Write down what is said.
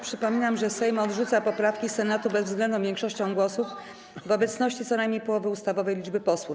Przypominam, że Sejm odrzuca poprawki Senatu bezwzględną większością głosów w obecności co najmniej połowy ustawowej liczby posłów.